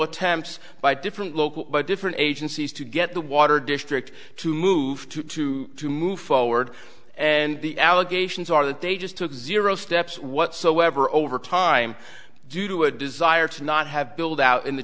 attempts by different local different agencies to get the water district to move to two to move forward and the allegations are that they just took zero steps whatsoever over time due to a desire to not have build out in the